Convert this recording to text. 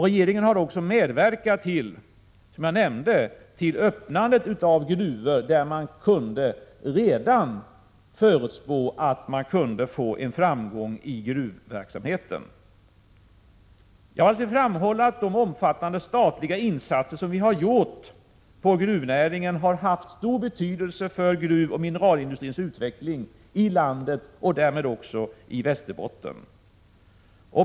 Regeringen har också, som jag nämnde, medverkat till öppnandet av gruvor där man redan kunde förutspå framgång i gruvverksamheten. Jag vill framhålla att de omfattande statliga insatser som har gjorts för gruvnäringen har haft stor betydelse för gruvoch mineralindustrins utveckling i landet — och därmed också i Västerbotten.